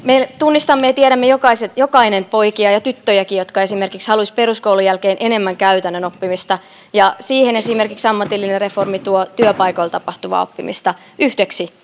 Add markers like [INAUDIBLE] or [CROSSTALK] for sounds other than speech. [UNINTELLIGIBLE] me tunnistamme ja tiedämme jokainen poikia ja tyttöjäkin jotka haluaisivat esimerkiksi peruskoulun jälkeen enemmän käytännön oppimista ja siihen esimerkiksi ammatillinen reformi tuo työpaikoilla tapahtuvaa oppimista yhdeksi